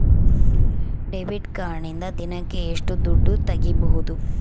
Debit ಕಾರ್ಡಿನಿಂದ ದಿನಕ್ಕ ಎಷ್ಟು ದುಡ್ಡು ತಗಿಬಹುದು?